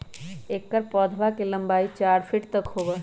एकर पौधवा के लंबाई चार फीट तक होबा हई